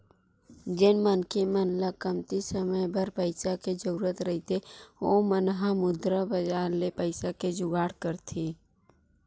जेन मनखे मन ल कमती समे बर पइसा के जरुरत रहिथे ओ मन ह मुद्रा बजार ले पइसा के जुगाड़ करथे